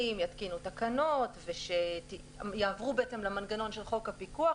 יתקינו תקנות ויעברו למנגנון של חוק הפיקוח,